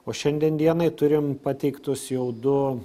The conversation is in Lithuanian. o šiandien dienai turim pateiktus jau du